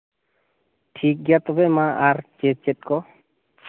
ᱴᱷᱤᱠ ᱜᱮᱭᱟ ᱛᱚᱵᱮ ᱢᱟ ᱟᱨ ᱪᱮᱫ ᱪᱮᱫ ᱠᱚ